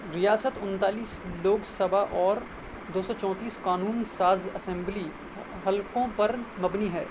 ریاست انتالیس لوک سبھا اور دو سو چونتیس قانون ساز اسمبلی حلقوں پر مبنی ہے